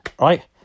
Right